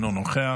אינו נוכח.